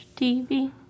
TV